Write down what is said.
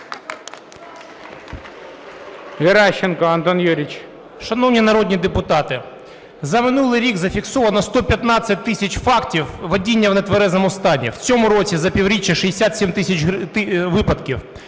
Геращенко Антон Юрійович.